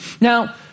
Now